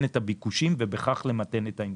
את הביקושים ובכך למתן את האינפלציה,